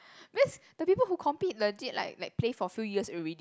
because the people who compete legit like like play for few years already